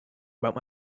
about